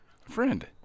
friend